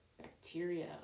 bacteria